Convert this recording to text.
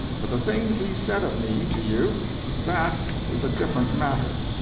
but the things he said of me to you that is a different matter.